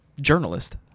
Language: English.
journalist